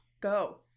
Go